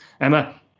Emma